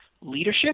leadership